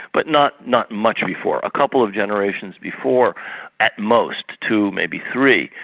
but not not much before, a couple of generations before at most, two, maybe three,